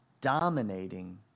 dominating